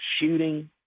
shooting